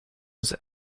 was